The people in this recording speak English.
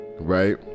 Right